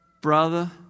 brother